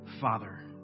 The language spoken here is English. Father